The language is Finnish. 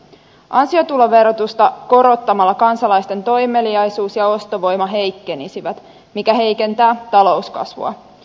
ansiotuloverotusta korottamalla kansalaisten toimeliaisuus ja ostovoima heikkenisivät mikä heikentää talouskasvua